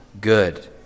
good